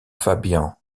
fabian